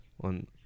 on